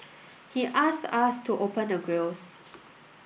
he asked us to open the grilles